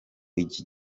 iki